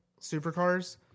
supercars